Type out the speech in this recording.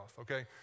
Okay